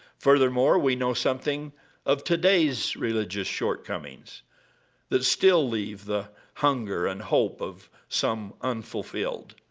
furthermore, we know something of today's religious shortcomings that still leave the hunger and hope of some unfulfilled.